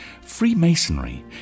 Freemasonry